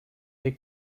les